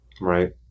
Right